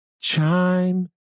chime